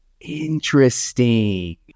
Interesting